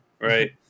right